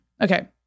Okay